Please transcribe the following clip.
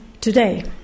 today